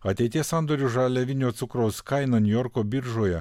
ateities sandorių žaliavinio cukraus kaina niujorko biržoje